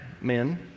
men